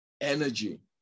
energy